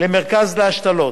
למרכז להשתלות.